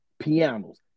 Pianos